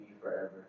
forever